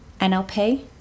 NLP